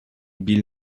bill